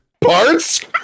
parts